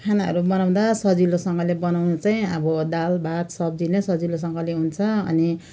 खानाहरू बनाउँदा सजिलोसँगले बनाउनु चाहिँ अब दाल भात सब्जी नै सजिलोसँगले हुन्छ अनि